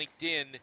LinkedIn